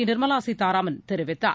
நிர்மலாசீதாராமன் தெரிவித்தார்